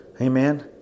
Amen